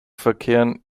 verkehren